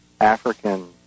African